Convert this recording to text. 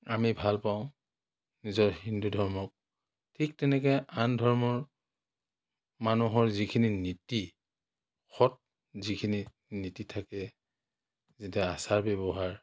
আমি ভাল পাওঁ নিজৰ হিন্দু ধৰ্মক ঠিক তেনেকৈ আন ধৰ্মৰ মানুহৰ যিখিনি নীতি সৎ যিখিনি নীতি থাকে যেতিয়া আচাৰ ব্যৱহাৰ